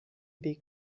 weg